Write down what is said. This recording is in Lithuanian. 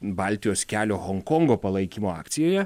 baltijos kelio honkongo palaikymo akcijoje